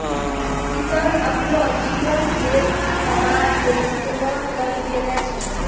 किसान आपनो जीवन देस समाज लेलि कुर्बान करि देने छै